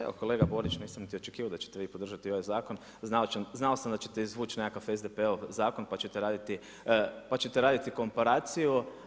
Evo kolega Borić, nisam niti očekivao da ćete vi podržati ovaj zakon, znao sam da ćete izvući nekakav SDP-ov zakon pa ćete raditi komparaciju.